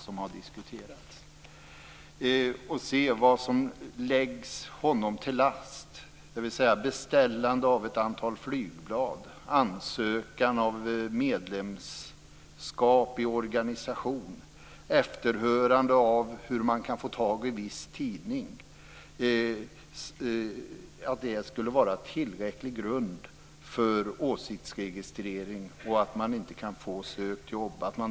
Vad är det som läggs honom till last? Beställandet av ett antal flygblad, ansökan om medlemskap i organisation och efterhörande om hur man kan få tag på en viss tidning. Detta skulle vara tillräcklig grund för åsiktsregistrering och att nekas ett sökt jobb.